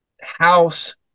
House